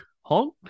Hong